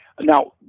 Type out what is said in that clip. Now